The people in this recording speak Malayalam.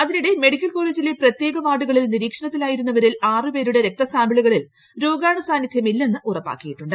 അതിനിടെ മെഡിക്കൽ കോളേജിലെ പ്രത്യേക വാർഡുകളിൽ നിരീക്ഷണത്തിലായിരുന്നവരിൽ ആറ് പേരുടെ രക്തസാമ്പിളുകളിൽ രോഗാണു സാന്നിധ്യം ഇല്ലെന്ന് ഉറപ്പാക്കിയിട്ടുണ്ട്